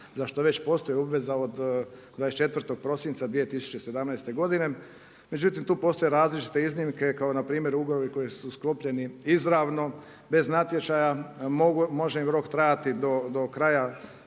za što već postoji obveza od 24. prosinca 2017., međutim tu postoje različite iznimke kao npr. ugovori koji su sklopljeni izravno, bez natječaja, može im rok trajati do kraja